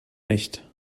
nicht